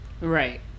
Right